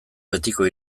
betiko